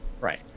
right